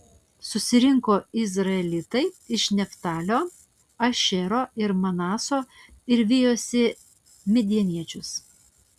susirinko izraelitai iš neftalio ašero ir manaso ir vijosi midjaniečius